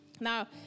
Now